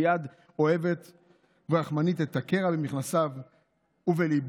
ביד אוהבת ורחמנית, את הקרע במכנסיו ובליבו